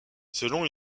selon